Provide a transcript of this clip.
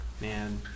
man